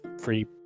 free